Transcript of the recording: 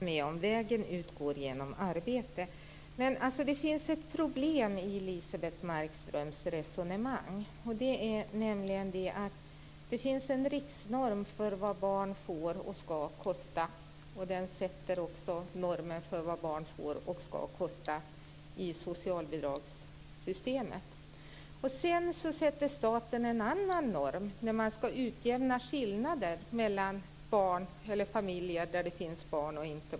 Fru talman! Det sista håller jag med om - vägen ut går genom arbete. Men det finns ett problem i Elisebeht Markströms resonemang, nämligen att det finns en riksnorm för vad barn får och ska kosta. Den sätter också normen för vad barn får och ska kosta i socialbidragssystemet. Sedan sätter staten en annan norm när man ska utjämna skillnader mellan familjer där det finns barn och inte.